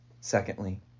Secondly